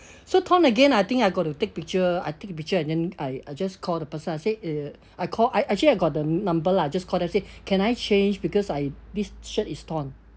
so torn again I think I got to take picture I take a picture and then I I just call the person I say it I call I actually I got the number lah I just call them and say can I change because I this shirt is torn